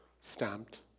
stamped